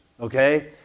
okay